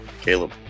Caleb